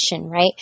right